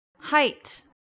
height